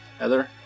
Heather